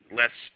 less